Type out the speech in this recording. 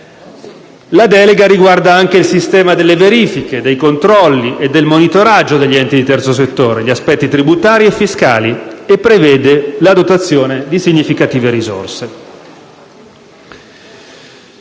La delega riguarda anche il sistema delle verifiche, dei controlli e del monitoraggio degli enti di terzo settore, e prevede la dotazione di significative risorse.